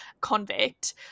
convict